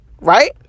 right